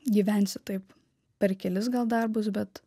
gyvensi taip per kelis gal darbus bet